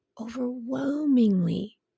Overwhelmingly